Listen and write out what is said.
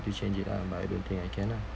to change it lah but I don't think I can lah